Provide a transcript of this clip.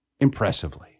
impressively